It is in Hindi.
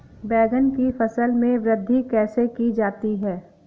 बैंगन की फसल में वृद्धि कैसे की जाती है?